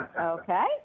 Okay